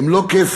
הם לא כיפיים,